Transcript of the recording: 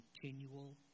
continual